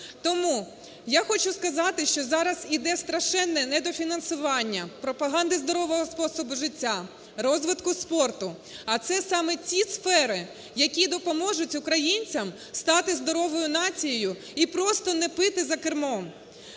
Тому я хочу сказати, що зараз іде страшенне недофінансування пропаганди здорового способу життя, розвитку спорту, а це саме ті сфери, які допоможуть українцям стати здоровою нацією і просто не пити за кермом.